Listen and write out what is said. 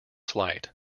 slight